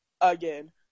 again